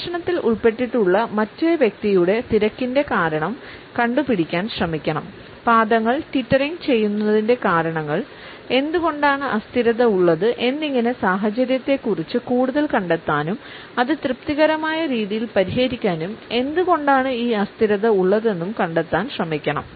സംഭാഷണത്തിൽ ഉൾപ്പെട്ടിട്ടുള്ള മറ്റേ വ്യക്തിയുടെ തിരക്കിൻറെ കാരണം കണ്ടുപിടിക്കാൻ ശ്രമിക്കണം പാദങ്ങൾ ടീറ്ററിംഗ് ചെയ്യുന്നതിൻറെ കാരണങ്ങൾഎന്തുകൊണ്ടാണ് അസ്ഥിരത ഉള്ളത് എന്നിങ്ങനെ സാഹചര്യത്തെക്കുറിച്ച് കൂടുതൽ കണ്ടെത്താനും അത് തൃപ്തികരമായ രീതിയിൽ പരിഹരിക്കാനും എന്തുകൊണ്ടാണ് ഈ അസ്ഥിരത ഉള്ളതെന്നും കണ്ടെത്താൻ ശ്രമിക്കണം